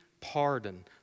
pardon